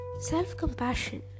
Self-compassion